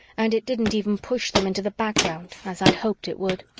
and it didn't even push them into the background as i'd hoped it would.